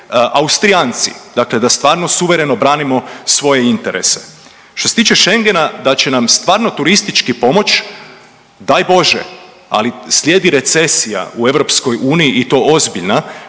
Austrijanci, dakle sa stvarno suvereno branimo svoje interese. Što se tiče Schengena da će nam stvarno turistički pomoći daj bože, ali slijedi recesija u EU i to ozbiljna